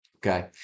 Okay